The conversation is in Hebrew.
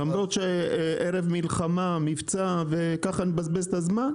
למרות שערב מלחמה, מבצע, וכך נבזבז את הזמן?